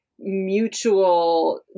mutual